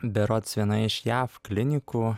berods viena iš jav klinikų